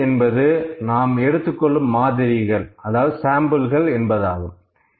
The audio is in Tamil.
சதவீதம் என்பது நாம் எடுத்துக்கொள்ளும் மாதிரிகள் சாம்பிள்கள் ஆகும்